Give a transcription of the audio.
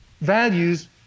Values